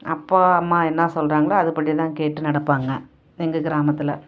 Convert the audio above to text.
அப்பா அம்மா என்ன சொல்கிறாங்களோ அதுபடிதான் கேட்டு நடப்பாங்க எங்கள் கிராமத்தில்